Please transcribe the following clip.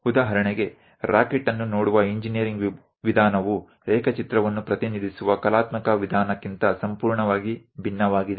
ಉದಾಹರಣೆಗೆ ರಾಕೆಟ್ ಅನ್ನು ನೋಡುವ ಇಂಜಿನೀರಿಂಗ್ ವಿಧಾನವು ರೇಖಾಚಿತ್ರವನ್ನು ಪ್ರತಿನಿಧಿಸುವ ಕಲಾತ್ಮಕ ವಿಧಾನಕ್ಕಿಂತ ಸಂಪೂರ್ಣವಾಗಿ ಭಿನ್ನವಾಗಿದೆ